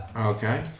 Okay